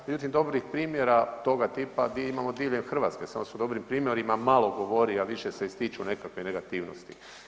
Međutim, dobrih primjera toga tipa imamo diljem Hrvatske, samo se o dobrim primjerima malo govori, a više se ističu nekakve negativnosti.